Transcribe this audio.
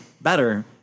better